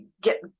get